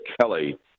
Kelly